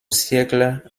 siècle